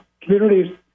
Communities